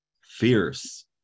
fierce